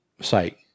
site